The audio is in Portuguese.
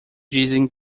dizem